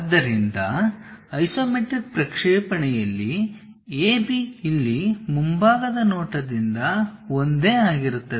ಆದ್ದರಿಂದ ಐಸೊಮೆಟ್ರಿಕ್ ಪ್ರಕ್ಷೇಪಣೆಯಲ್ಲಿ AB ಇಲ್ಲಿ ಮುಂಭಾಗದ ನೋಟದಿಂದ ಒಂದೇ ಆಗಿರುತ್ತದೆ